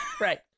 Right